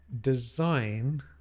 design